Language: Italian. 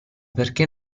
perché